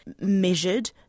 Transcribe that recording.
measured